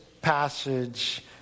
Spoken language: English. passage